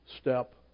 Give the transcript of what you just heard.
step